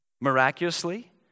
miraculously